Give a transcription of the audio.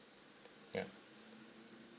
ya